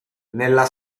nella